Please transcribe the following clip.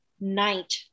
night